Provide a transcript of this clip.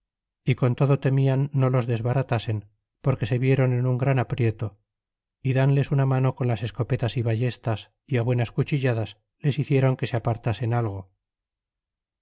é con todo temian no los desbaratasen porque se vieron en gran aprieto y danles una mano ron las escopetas y ballestas y á buenas cuchilladas les hicieron que se apartasen algo